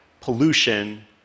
pollution